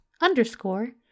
underscore